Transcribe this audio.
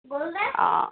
অঁ